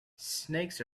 snakes